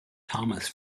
thomas